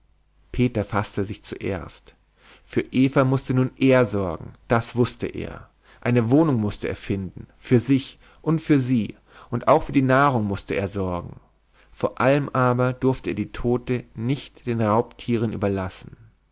peter faßte sich zuerst für eva mußte nun er sorgen das wußte er eine wohnung mußte er finden für sich und für sie und auch für die nahrung mußte er sorgen vor allem aber durfte er die tote nicht den raubtieren überlassen